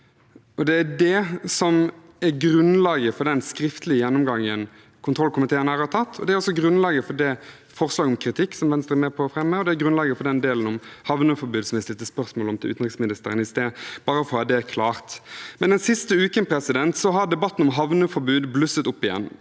Det er det som er grunnlaget for den skriftlige gjennomgangen kontrollkomiteen her har tatt, det er grunnlaget for det forslaget om kritikk som Venstre er med på å fremme, og det er også grunnlaget for den delen om havneforbud som vi stilte spørsmål om til utenriksministeren i sted – bare for å ha det klart. Den siste uken har debatten om havneforbud blusset opp igjen,